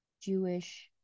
Jewish